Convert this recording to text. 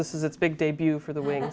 this is its big debut for the wing